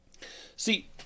See